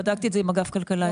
בדקתי את זה עם אגף כלכלה אצלנו.